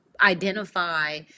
identify